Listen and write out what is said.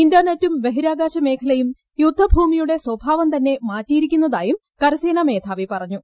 ഇന്റർനെറ്റും ബഹിരാകാശമേഖലയൂറ്ട് യുദ്ധഭൂമിയുടെ സ്വഭാവം തന്നെ മാറ്റിയിരിക്കുന്നതായും ക്രസേനാമേധാവി പറഞ്ഞു